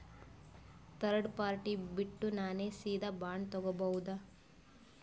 Third party ಬಿಟ್ಟು ನಾನೇ ಸೀದಾ ಬಾಂಡ್ ತೋಗೊಭೌದಾ?